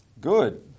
Good